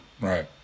right